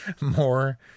more